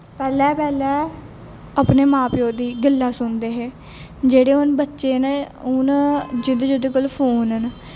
पैह्लै पैह्लै अपनी मां प्यो दी गल्लां सुनदे हे जेह्ड़े हून बच्चे न हून जिं'दे जिं'दे कोल हून फोन न